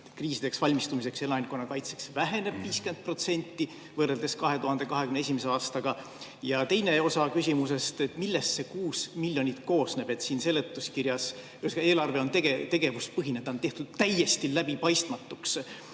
kriisideks valmistumiseks ja elanikkonnakaitseks väheneb 50% võrreldes 2021. aastaga? Ja teine osa küsimusest: millest see 6 miljonit koosneb? Ühesõnaga, see eelarve on tegevuspõhine, ta on tehtud täiesti läbipaistmatuks.